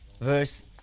verse